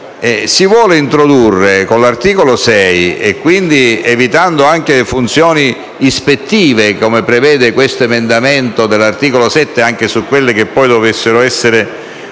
La verità è che con l'articolo 6 - evitando le funzioni ispettive, come prevede questo emendamento all'articolo 7, anche su quelle che poi dovessero essere,